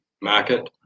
market